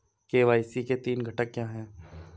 KYC के तीन घटक क्या हैं?